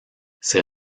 ses